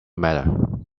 matter